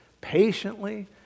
patiently